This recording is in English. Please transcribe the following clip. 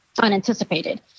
Unanticipated